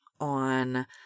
on